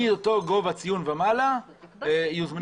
מאותו גובה ציון ומעלה יוזמנו לראיון.